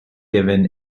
given